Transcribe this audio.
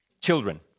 Children